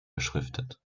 beschriftet